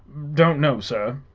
don't know, sir.